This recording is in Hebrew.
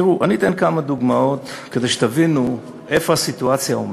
אתן כמה דוגמאות כדי שתבינו את הסיטואציה.